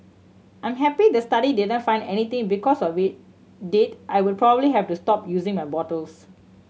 I'm happy the study didn't find anything because of it did I would probably have to stop using my bottles